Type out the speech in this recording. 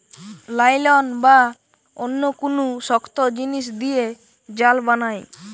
nylon বা অন্য কুনু শক্ত জিনিস দিয়ে জাল বানায়